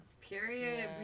Period